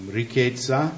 ricchezza